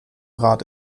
rat